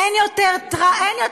אין יותר אובמה,